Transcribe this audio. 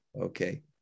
Okay